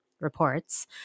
reports